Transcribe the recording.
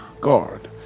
guard